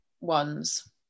ones